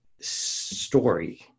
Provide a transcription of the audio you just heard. story